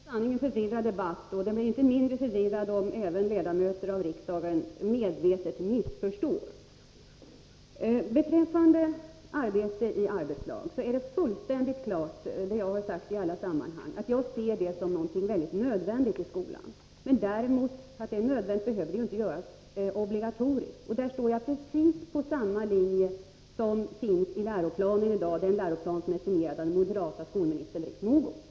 Herr talman! Ja, det är i sanning en förvirrad debatt, och den blir inte mindre förvirrad om även ledamöter av riksdagen medvetet missförstår. Beträffande arbete i arbetslag är det fullständigt klart — vilket jag har sagt i olika sammanhang — att jag ser det som något mycket nödvändigt i skolan. Men därför att det är nödvändigt behöver det inte göras obligatoriskt. Jag står därvidlag precis på samma linje som den i läroplanen — den läroplan som är signerad av den moderata skolministern Britt Mogård.